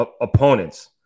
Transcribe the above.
Opponents